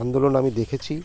আন্দোলন আমি দেখেছি